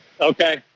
Okay